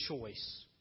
choice